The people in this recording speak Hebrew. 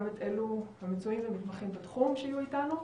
את אלה המצויים ומתמחים בתחום שיהיו איתנו,